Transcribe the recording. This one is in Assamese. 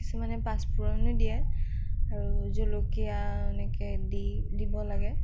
কিছুমানে পাঁচফুৰণো দিয়ে আৰু জলকীয়া এনেকৈ দি দিব লাগে